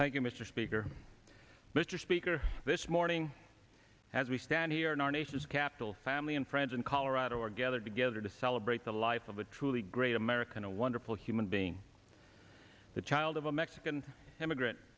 you mr speaker mr speaker this morning as we stand here in our nation's capital family and friends in colorado are gathered together to celebrate the life of a truly great american a wonderful human being the child of a mexican immigrant